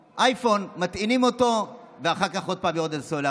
אייפון: מטעינים אותו ואחר כך עוד פעם יורדת הסוללה,